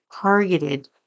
targeted